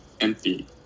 Empty